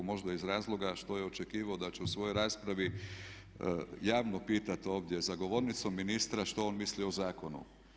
Možda iz razloga što je očekivao da ću u svojoj raspravi javno pitati ovdje za govornicom ministra što on misli o zakonu?